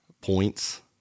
points